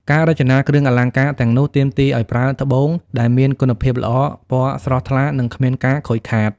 ការរចនាគ្រឿងអលង្ការទាំងនោះ ទាមទារឱ្យប្រើត្បូងដែលមានគុណភាពល្អ ពណ៌ស្រស់ថ្លា និងគ្មានការខូចខាត។